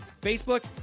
Facebook